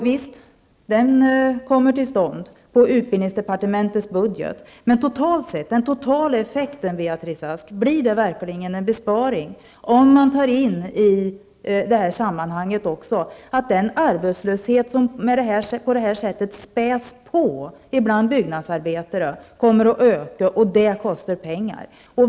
Visst sker det en besparing i utbildningsdepartementets budget, men man kan fråga sig om den totala effekten verkligen blir en besparing om man inberäknar den arbetslöshet bland byggnadsarbetare som på det här sättet späds på, vilket också kostar pengar.